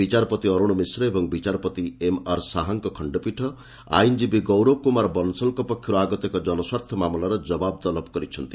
ବିଚାରପତି ଅରୁଣ ମିଶ୍ର ଏବଂ ବିଚାରପତି ଏମ୍ଆର୍ ଶାହାଙ୍କ ଖଣ୍ଡପୀଠ ଆଇନ୍ଜୀବୀ ଗୌରବ କୁମାର ବଂଶଲଙ୍କ ପକ୍ଷରୁ ଆଗତ ଏକ ଜନସ୍ୱାର୍ଥ ମାମଲାରେ ଜବାବ ତଲବ କରିଛନ୍ତି